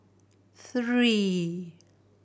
three